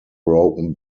broken